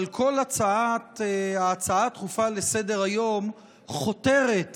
אבל כל ההצעה דחופה לסדר-היום חותרת